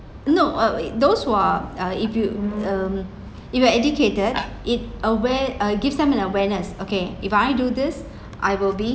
no uh wait those who are uh if you um if you are educated it aware uh it give them an awareness okay if I do this I will be